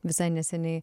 visai neseniai